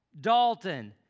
Dalton